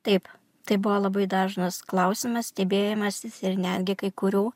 taip tai buvo labai dažnas klausimas stebėjimasis ir netgi kai kurių